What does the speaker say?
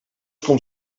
komt